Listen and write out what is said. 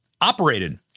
operated